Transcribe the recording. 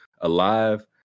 alive